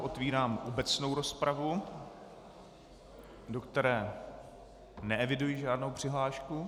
Otevírám obecnou rozpravu, do které neeviduji žádnou přihlášku.